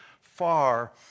far